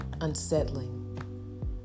unsettling